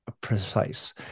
precise